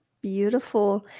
Beautiful